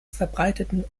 verbreiteten